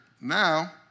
Now